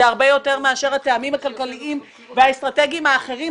זה הרבה יותר מאשר הטעמים הכלכליים והאסטרטגיים האחרים,